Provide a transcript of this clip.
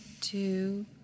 two